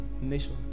Nation